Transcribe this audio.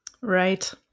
Right